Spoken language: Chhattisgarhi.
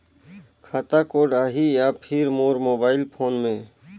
खाता कोड आही या फिर मोर मोबाइल फोन मे?